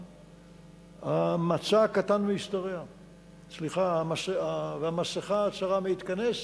המצע קטן מהשתרע והמסכה צרה כהתכנס,